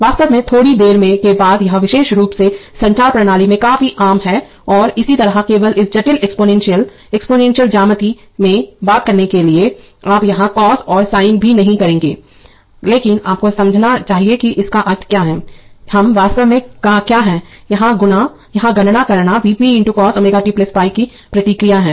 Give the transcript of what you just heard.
वास्तव में थोड़ी देर के बाद यह विशेष रूप से संचार प्रणालियों में काफी आम है और इसी तरह केवल इस जटिल एक्सपोनेंशियल एक्सपोनेंशियल ज्यामिति में बात करने के लिए आप यहां कॉस और साइन भी नहीं करेंगे लेकिन आपको समझना चाहिए कि इसका क्या अर्थ है हम वास्तव में क्या हैं यहां गणना करना V p × cos ω t 5 की प्रतिक्रिया है